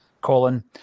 Colin